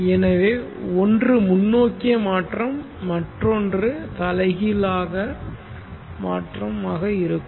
எனவே ஒன்று முன்னோக்கிய மாற்றம் மற்றொன்று தலைகீழ் மாற்றம் ஆக இருக்கும்